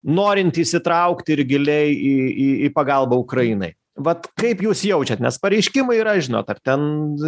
norinti įsitraukt ir giliai į į į pagalbą ukrainai vat kaip jūs jaučiat nes pareiškimai yra žinot ar ten